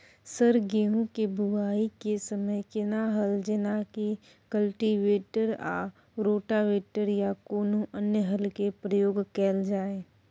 Sir गेहूं के बुआई के समय केना हल जेनाकी कल्टिवेटर आ रोटावेटर या कोनो अन्य हल के प्रयोग कैल जाए?